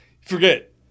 Forget